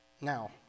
Now